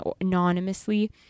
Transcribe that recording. anonymously